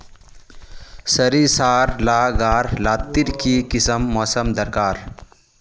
सरिसार ला गार लात्तिर की किसम मौसम दरकार?